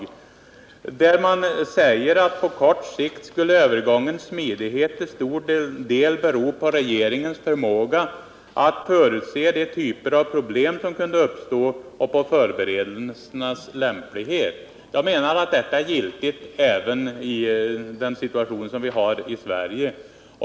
I rapporten säger man: ”På kort sikt skulle övergångens smidighet till stor del bero på regeringens förmåga att förutse de typer av problem som kunde uppstå och på förberedelsernas lämplighet.” Jag menar att detta är giltigt även för den situation vi har i Sverige.